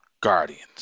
guardians